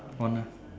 on uh